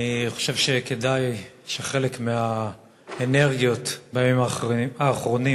אני חושב שכדאי שחלק מהאנרגיות בימים האחרונים